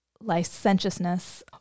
licentiousness